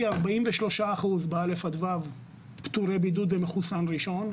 43% מכיתות א'-ו' פטורי בידוד במחוסן ראשון.